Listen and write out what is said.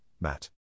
Matt